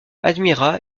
admira